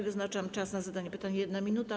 Wyznaczam czas na zadanie pytania - 1 minuta.